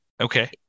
Okay